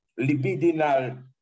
libidinal